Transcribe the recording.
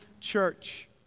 Church